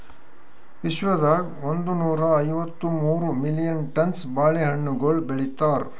ವಿಶ್ವದಾಗ್ ಒಂದನೂರಾ ಐವತ್ತ ಮೂರು ಮಿಲಿಯನ್ ಟನ್ಸ್ ಬಾಳೆ ಹಣ್ಣುಗೊಳ್ ಬೆಳಿತಾರ್